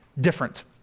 different